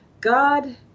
God